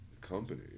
company